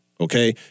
Okay